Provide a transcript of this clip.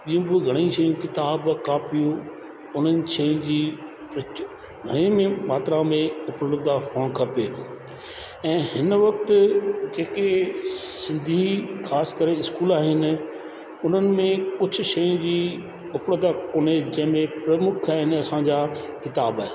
ईअं बि घणी शयूं किताब कापियूं उन्हनि शयुनि जी घणी मात्रा में उपलब्ध हुअणु खपे ऐं हिन वक़्ति जेके सिंधी ख़ासि करे स्कूल आहिनि उन्हनि में कुझु शइ जी उपलब्ध कोने जंहिंमें प्रमुख आहिनि असांजा किताब